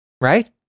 right